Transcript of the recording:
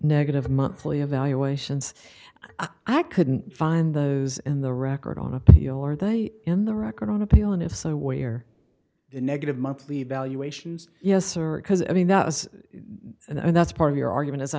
negative monthly evaluations i couldn't find those in the record on appeal are they in the record on appeal and if so where the negative monthly evaluations yes or because i mean that was and that's part of your argument as i